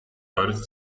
არის